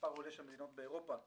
מספר עולה של מדינות באירופה שמסתייגות.